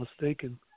mistaken